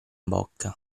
bocca